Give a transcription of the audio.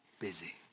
busy